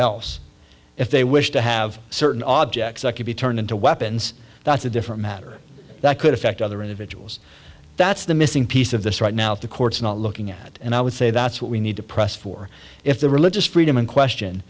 else if they wish to have certain objects to be turned into weapons that's a different matter that could affect other individuals that's the missing piece of this right now if the courts are not looking at and i would say that's what we need to press for if the religious freedom in question